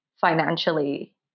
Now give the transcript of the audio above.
financially